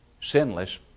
Sinless